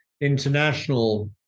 international